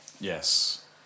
Yes